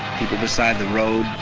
people beside the road,